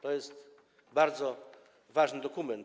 To jest bardzo ważny dokument.